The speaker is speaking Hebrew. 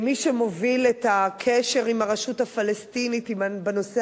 מי שמוביל את הקשר עם הרשות הפלסטינית בנושא